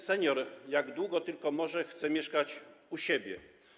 Senior, jak długo tylko może, chce mieszkać u siebie.